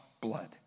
blood